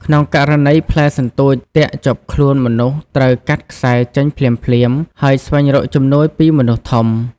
ក្នុងករណីផ្លែសន្ទូចទាក់ជាប់ខ្លួនមនុស្ស ត្រូវ កាត់ខ្សែ ចេញភ្លាមៗ ហើយស្វែងរកជំនួយពីមនុស្សធំ។